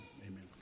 Amen